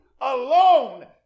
alone